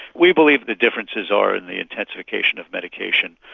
we believe the differences are in the intensification of medication,